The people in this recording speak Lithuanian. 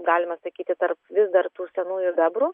galime sakyti tarp vis dar tų senųjų bebrų